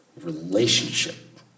Relationship